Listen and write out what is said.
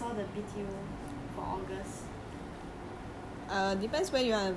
eh by the way B_T_O I saw the B_T_O for august